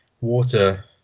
water